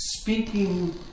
speaking